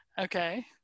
Okay